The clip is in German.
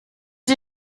sie